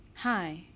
Hi